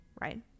right